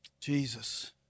Jesus